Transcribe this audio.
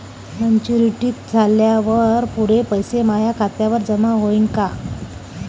Maturity झाल्यावर पुरे पैसे माया खात्यावर जमा होईन का?